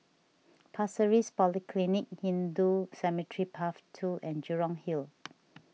Pasir Ris Polyclinic Hindu Cemetery Path two and Jurong Hill